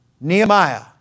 Nehemiah